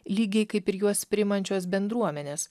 lygiai kaip ir juos priimančios bendruomenės